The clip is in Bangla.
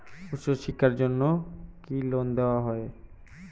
উচ্চশিক্ষার জন্য কি লোন দেওয়া হয়?